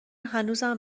هنوزم